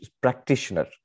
practitioner